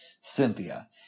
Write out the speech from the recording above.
cynthia